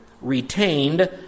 retained